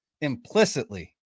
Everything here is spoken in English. implicitly